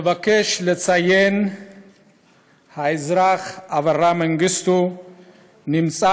אני מבקש לציין שהאזרח אברה מנגיסטו נמצא